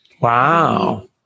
Wow